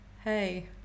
hey